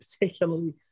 particularly